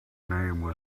name